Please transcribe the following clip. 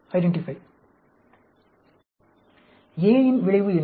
A இன் விளைவு என்ன